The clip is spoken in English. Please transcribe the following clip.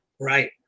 right